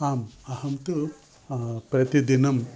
आम् अहं तु प्रतिदिनं